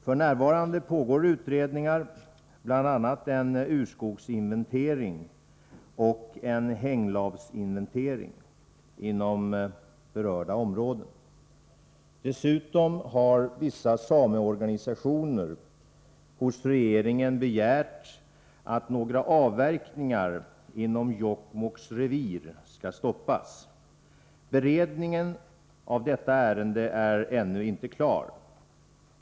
F.n. pågår utredningar, bl.a. en urskogsinventering och en hänglavsinventering, inom berörda områden. Dessutom har vissa sameorganisationer hos regeringen begärt att några avverkningar inom Jokkmokks revir skall stoppas. Beredningen av detta ärende är ännu inte klar.